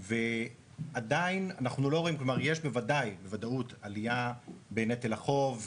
ועדיין אנחנו לא רואים יש בוודאות עלייה בנטל החוב,